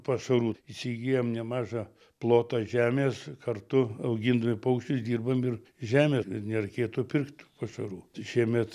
pašarų įsigyjom nemažą plotą žemės kartu augindami paukščius dirbam ir žemę kad nereikėtų pirkt pašarų šiemet